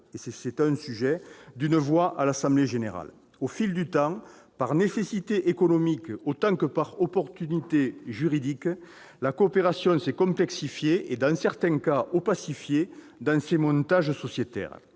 spéciales, d'une voix à l'assemblée générale. Au fil du temps, par nécessité économique autant que par opportunité juridique, la coopération s'est complexifiée et, dans certains cas, opacifiée dans ses montages sociétaires.